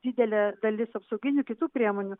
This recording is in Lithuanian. didelė dalis apsauginių kitų priemonių